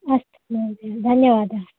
अस्तु महोदय धन्यवादः